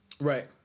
Right